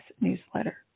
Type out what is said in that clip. newsletter